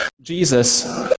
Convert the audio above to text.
Jesus